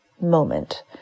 moment